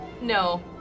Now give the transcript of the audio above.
No